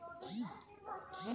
పుప్పొడి రేణువులు ఎట్లా వత్తయ్?